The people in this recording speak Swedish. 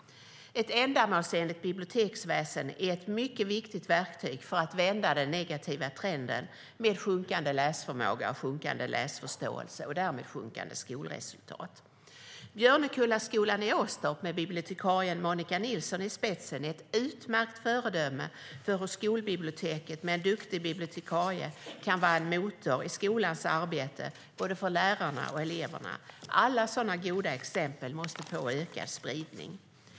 Ett ändamålsenligt biblioteksväsen är ett mycket viktigt verktyg för att vända den negativa trenden med sjunkande läsförmåga, sjunkande läsförståelse och därmed sjunkande skolresultat. Björnekullaskolan i Åstorp med bibliotekarien Monica Ehrenstråle i spetsen är ett utmärkt föredöme för hur skolbibliotek med en duktig bibliotekarie kan vara en motor i skolans arbete, både för lärarna och för eleverna. Alla sådana goda exempel måste få ökad spridning.